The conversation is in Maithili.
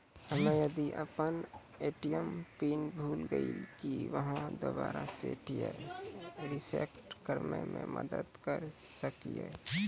हम्मे यदि अपन ए.टी.एम पिन भूल गलियै, की आहाँ दोबारा सेट या रिसेट करैमे मदद करऽ सकलियै?